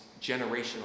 generational